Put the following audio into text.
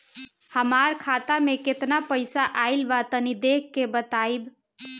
हमार खाता मे केतना पईसा आइल बा तनि देख के बतईब?